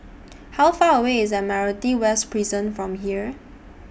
How Far away IS Admiralty West Prison from here